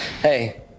Hey